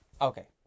Okay